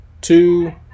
two